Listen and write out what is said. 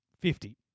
Fifty